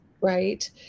right